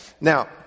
now